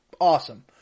awesome